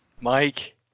Mike